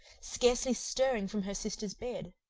scarcely stirring from her sister's bed,